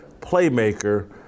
playmaker